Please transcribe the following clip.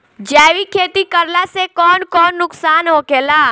जैविक खेती करला से कौन कौन नुकसान होखेला?